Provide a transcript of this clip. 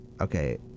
Okay